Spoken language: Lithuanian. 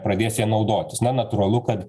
pradės ja naudotis na natūralu kad